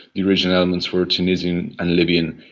the original elements were tunisian and libyan,